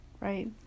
right